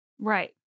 Right